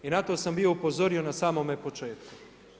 I na to sam bio upozorio na samome početku.